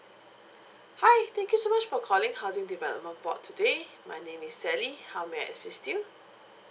hi thank you so much for calling housing development board today my name is sally how may I assist you